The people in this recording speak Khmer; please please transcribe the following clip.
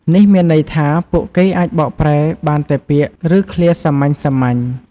នេះមានន័យថា ពួកគេអាចបកប្រែបានតែពាក្យ ឬឃ្លាសាមញ្ញៗ។